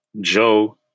Joe